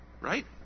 Right